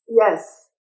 Yes